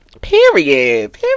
Period